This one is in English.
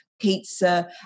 pizza